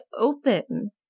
open